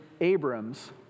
Abram's